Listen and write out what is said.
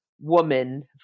woman